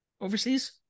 overseas